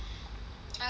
but it's not like